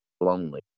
lonely